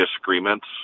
disagreements